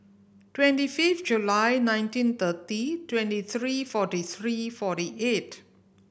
twenty fifth July nineteen thirty twenty three forty three forty eight